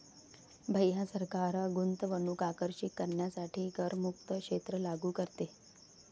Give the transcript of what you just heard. भैया सरकार गुंतवणूक आकर्षित करण्यासाठी करमुक्त क्षेत्र लागू करते